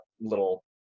little